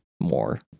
more